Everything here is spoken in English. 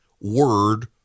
word